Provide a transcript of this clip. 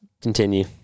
continue